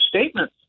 statement